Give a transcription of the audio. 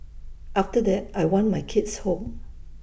after that I want my kids home